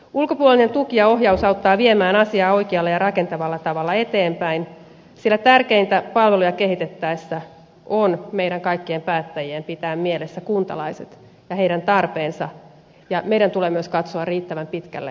ulkopuolinen tuki ja ohjaus auttaa viemään asiaa oikealla ja rakentavalla tavalla eteenpäin sillä tärkeintä palveluja kehitettäessä on meidän kaikkien päättäjien pitää mielessä kuntalaiset ja heidän tarpeensa ja meidän tulee myös katsoa riittävän pitkälle tulevaisuuteen